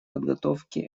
подготовки